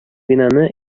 бинаны